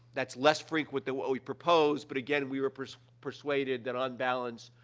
that's less frequent than what we proposed, but, again, we were persuaded that, on balance,